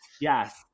yes